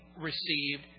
received